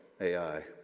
Ai